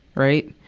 right?